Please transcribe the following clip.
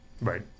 Right